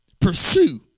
Pursue